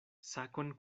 sakon